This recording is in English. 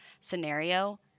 scenario